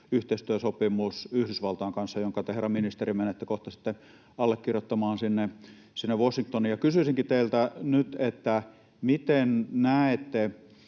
puolustusyhteistyösopimus Yhdysvaltain kanssa, jonka te, herra ministeri, menette kohta allekirjoittamaan Washingtoniin. Kysyisinkin teiltä nyt: Miten näette